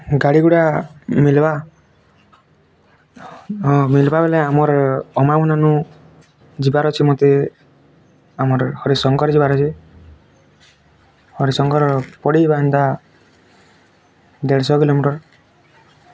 ଗାଡ଼ି ଗୁଡ଼ା ମିଲବା ମିଲବା ବେଲେ ଆମର ଯିବାର ଅଛି ମୋତେ ଆମର ହରିଶଙ୍କର ଯିବାର ଅଛି ହରିଶଙ୍କର ପଡ଼ିଯିବା ଏନ୍ତା ଦେଢ଼ ଶହ କିଲୋମିଟର